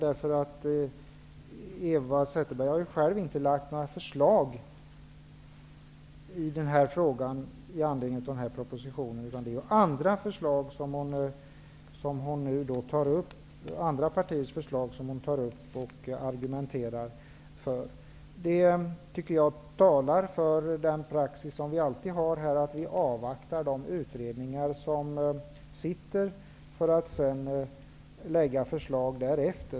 Hon har själv inte lagt fram några förslag i frågan i anledning av propositionen, utan hon tar upp andra partiers förslag och argumenterar för dem. Det talar för den praxis som vi alltid har här, dvs. att vi avvaktar de utredningar som sitter, för att sedan lägga fram förslag.